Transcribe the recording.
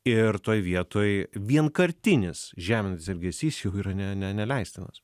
ir toj vietoj vienkartinis žeminantis elgesys jau yra ne ne neleistinas